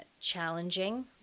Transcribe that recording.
challenging